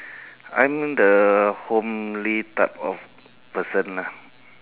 I'm the homely type of person lah